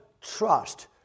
trust